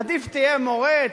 עדיף תהיה מורה,